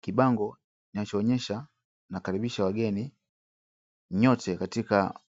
Kibango kinachoonyesha kina karibisha wageni nyote katika